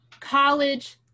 college